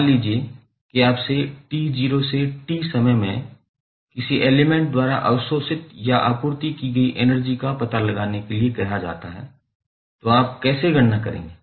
मान लीजिए कि आपसे t0 से t समय में किसी एलिमेंट द्वारा अवशोषित या आपूर्ति की गई एनर्जी का पता लगाने के लिए कहा जाता है तो आप कैसे गणना करेंगे